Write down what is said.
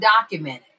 documented